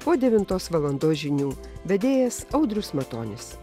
po devintos valandos žinių vedėjas audrius matonis